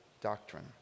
doctrine